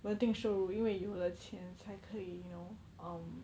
稳定收入因为有了钱才可以 you know um